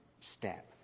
step